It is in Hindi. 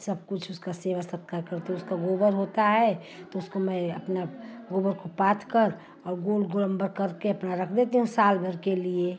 सब कुछ उसका सेवा सत्कार करती हूँ उसका गोबर होता है तो उसकाे मैं अपना गोबर को पाथकर और गोल गोलम्बर करके अपना रख देती हूँ साल भर के लिए